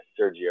Sergio